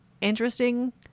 interesting